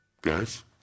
Guys